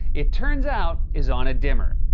it turns out, is on a dimmer.